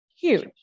Huge